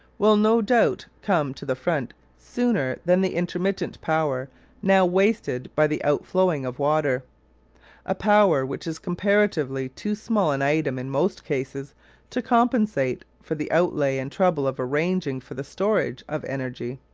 will no doubt come to the front sooner than the intermittent power now wasted by the outflowing of water a power which is comparatively too small an item in most cases to compensate for the outlay and trouble of arranging for the storage of energy.